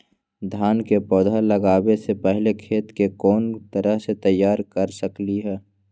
धान के पौधा लगाबे से पहिले खेत के कोन तरह से तैयार कर सकली ह?